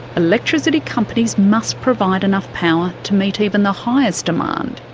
electricity companies must provide enough power to meet even the highest demand.